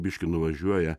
biškį nuvažiuoja